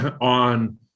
on